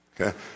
okay